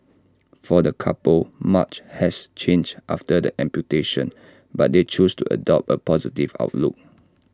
for the couple much has changed after the amputation but they choose to adopt A positive outlook